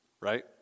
right